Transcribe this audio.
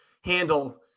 handle